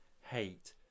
hate